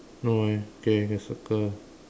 no eh okay then circle